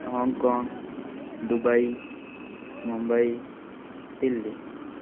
Hong Kong Dubai Mumbai Delhi